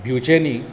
भिंवचे न्ही